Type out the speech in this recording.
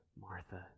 Martha